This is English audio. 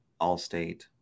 Allstate